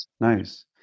Nice